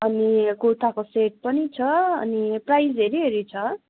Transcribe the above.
अनि कुर्ताको सेट पनि छ अनि प्राइज हेरी हेरी छ